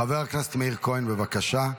חבר הכנסת מאיר כהן, בבקשה.